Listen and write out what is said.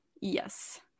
Yes